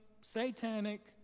satanic